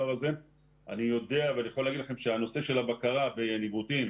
אני יודע ואני יכול לומר לכם שהנושא של הבקרה וניווטים